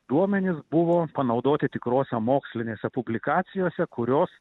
duomenys buvo panaudoti tikrose mokslinėse publikacijose kurios